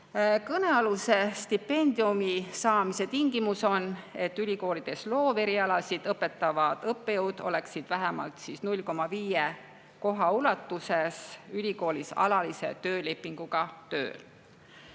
Kõnealuse stipendiumi saamise tingimus on, et ülikoolides looverialasid õpetavad õppejõud oleksid vähemalt 0,5 koha ulatuses ülikoolis alalise töölepinguga tööl.